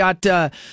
got